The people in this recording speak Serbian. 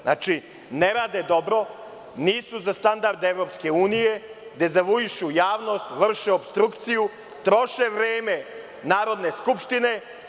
Znači, ne rade dobro, nisu za standarde EU, dezavuišu javnost, vrše opstrukciju, troše vreme Narodne skupštine.